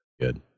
Good